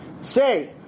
Say